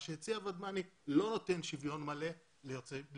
מה שהציע ודמני לא נותן שוויון מלא ליוצאים